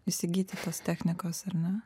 įsigyti tos technikos ar ne